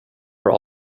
were